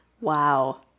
Wow